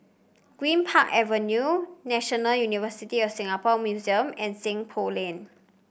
Greenpark Avenue National University of Singapore Museum and Seng Poh Lane